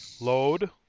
Load